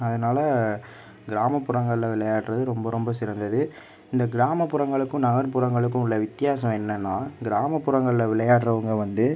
அதனால கிராமப்புறங்களில் விளையாடுவது ரொம்ப ரொம்ப சிறந்தது இந்த கிராமப்புறங்களுக்கும் நகர்புறங்களுக்கும் உள்ள வித்தியாசம் என்னனால் கிராமப்புறங்களில் விளையாடுறவங்க வந்து